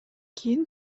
кийин